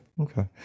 Okay